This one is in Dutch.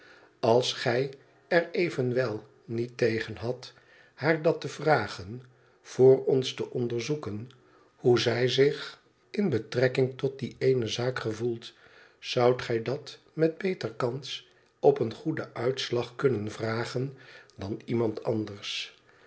als gij er evenwel niet tegen hadt haar dat te vragen voor ons te onderzoeken hoe zij zich in betrekking tot die eene zaak gevoelt zoudt gij dat met beter kans op een goeden uitslag kunnen vragen dan iemand anders